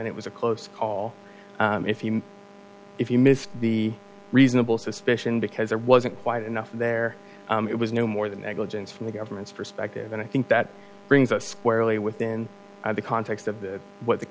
event it was a close call if you if you missed the reasonable suspicion because there wasn't quite enough there it was no more than negligence from the government's perspective and i think that brings us squarely within the context of the what the